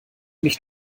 nicht